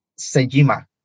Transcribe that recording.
Sejima